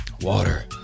water